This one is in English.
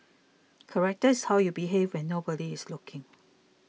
character is how you behave when nobody is looking